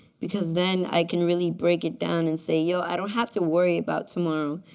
because then i can really break it down and say, yo, i don't have to worry about tomorrow.